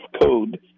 code